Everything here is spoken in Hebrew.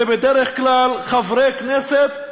זה בדרך כלל חברי כנסת,